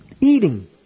Eating